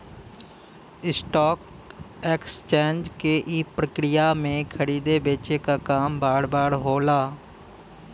stock exchange के ई प्रक्रिया में खरीदे बेचे क काम बार बार होला